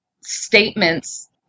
statements